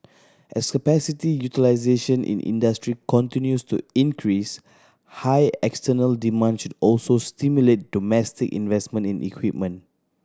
as capacity utilisation in industry continues to increase high external demand should also stimulate domestic investment in equipment